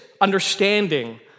understanding